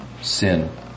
sin